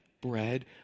bread